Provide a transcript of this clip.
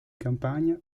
campania